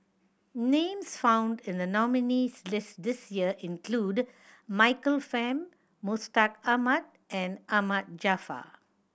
names found in the nominees' list this year include Michael Fam Mustaq Ahmad and Ahmad Jaafar